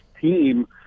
team